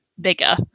bigger